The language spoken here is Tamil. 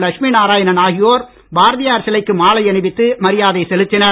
லட்சுமி நாராயணன் ஆகியோர் பாரதியார் சிலைக்கு மாலை அணிவித்து மரியாதை செலுத்தினர்